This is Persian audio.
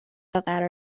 قرار